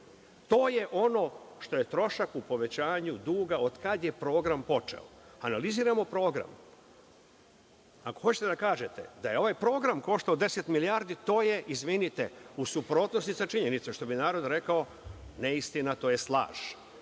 je ono što je trošak u povećanju duga od kada je program počeo. Analiziramo program. Ako hoćete da kažete da je ovaj program koštao 10 milijardi, to je, izvinite, u suprotnosti sa činjenicom, što bi narod rekao neistina, odnosno laž.